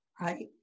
right